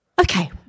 okay